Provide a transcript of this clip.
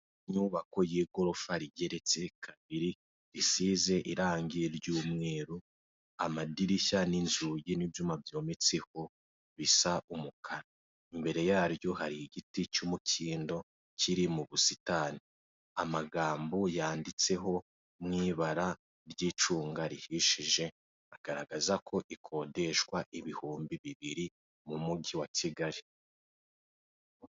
Aya matara tubona ku muhanda ni afasha abanyamaguru kumenya igihe gikwiye cyo kwambuka bigatuma n'abatwaye ibinyabiziga bahagarara, bakareka abantu bakabanza bagatambuka nabo bakabona kugenda, ndetse akaba ari uburyo bwo kwirinda akavuyo n'impanuka zo mu muhanda.